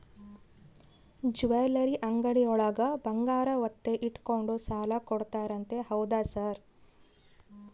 Jewellery ಅಂಗಡಿಯೊಳಗ ಬಂಗಾರ ಒತ್ತೆ ಇಟ್ಕೊಂಡು ಸಾಲ ಕೊಡ್ತಾರಂತೆ ಹೌದಾ ಸರ್?